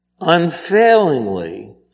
unfailingly